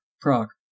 proc